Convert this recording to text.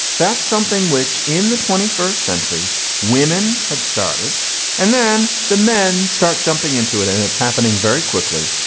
that's something which in the twenty first century women have started and then the men start jumping into it and it's happening very quickly.